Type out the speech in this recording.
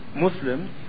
Muslims